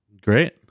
Great